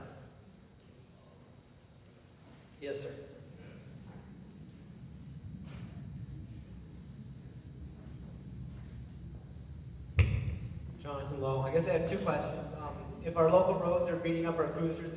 them